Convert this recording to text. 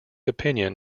opinion